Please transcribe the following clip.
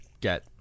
get